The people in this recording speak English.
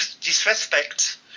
disrespect